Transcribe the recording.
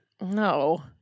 No